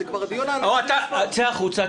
זה כבר הדיון --- צא החוצה,